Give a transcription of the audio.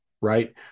right